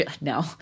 No